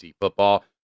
football